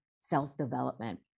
self-development